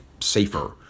safer